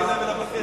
הוא לא נמצא.